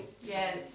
Yes